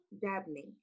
Dabney